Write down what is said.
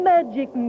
magic